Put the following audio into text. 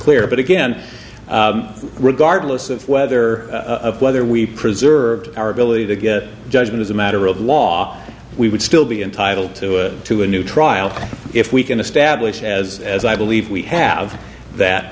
clear but again regardless of whether whether we preserve our ability to get judgment as a matter of law we would still be entitled to a new trial if we can establish as as i believe we have that